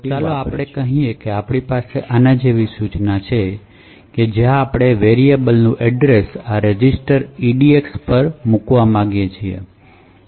તો ચાલો આપણે કહીએ કે આપણી પાસે આના જેવી સૂચના છે જ્યાં આપણે વેરિએબલનું એડ્રેશ આ રજીસ્ટર EDX પર ખસેડવા માગીએ છીએ